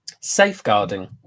Safeguarding